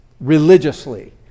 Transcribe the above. religiously